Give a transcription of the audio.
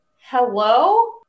hello